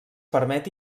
permet